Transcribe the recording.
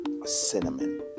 Cinnamon